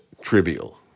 trivial